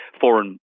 foreign